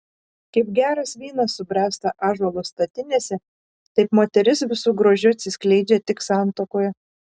kaip geras vynas subręsta ąžuolo statinėse taip moteris visu grožiu atsiskleidžia tik santuokoje